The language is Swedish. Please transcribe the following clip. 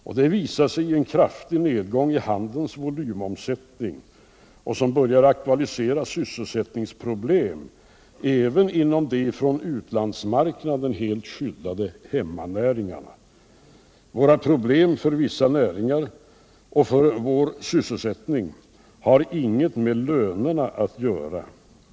Och det visar sig i en kraftig nedgång i handelns volymomsättning, som börjar aktualisera sysselsättningsproblem även inom de från utlandsmarknaden helt skyddade hemmanäringarna. Våra problem då det gäller vissa näringar och vår sysselsättning har inget med lönerna att göra.